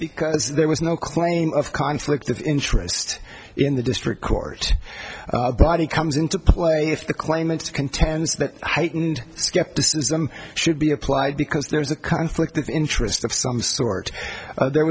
because there was no claim of conflict of interest in the district court body comes into play if the claimant contends that heightened skepticism should be applied because there is a conflict of interest of some sort there